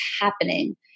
happening